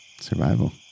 Survival